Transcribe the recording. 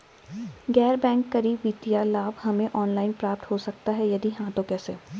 गैर बैंक करी वित्तीय लाभ हमें ऑनलाइन प्राप्त हो सकता है यदि हाँ तो कैसे?